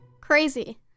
Crazy